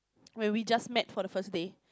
when we just met for the first day